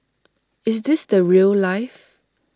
is this the rail life